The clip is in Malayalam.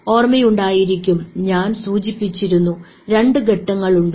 ഓർമ്മയുണ്ടായിരിക്കും ഞാൻ സൂചിപ്പിച്ചിരുന്നു 2 ഘട്ടങ്ങളുണ്ടെന്ന്